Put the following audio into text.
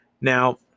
Now